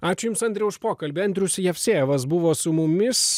ačiū jums andriau už pokalbį andrius jevsejevas buvo su mumis